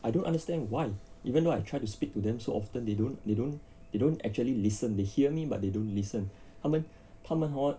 I don't understand why even though I tried to speak to them so often they don't they don't they don't actually listen they hear me but they don't listen 他们他们 hor